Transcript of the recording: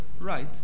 right